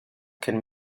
can